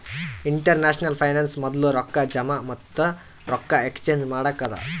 international finance ಮೊದ್ಲು ರೊಕ್ಕಾ ಜಮಾ ಮತ್ತ ರೊಕ್ಕಾ ಎಕ್ಸ್ಚೇಂಜ್ ಮಾಡಕ್ಕ ಅದಾ